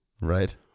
Right